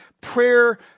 prayer